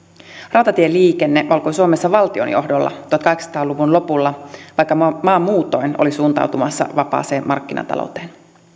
rautatieliikenne alkoi suomessa valtion johdolla tuhatkahdeksansataa luvun lopulla vaikka maa muutoin oli suuntautumassa vapaaseen markkinatalouteen